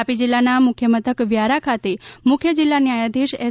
તાપી જિલ્લાના મુખ્ય મથક વ્યારા ખાતે મુખ્ય જિલ્લા ન્યાયધીશ એસ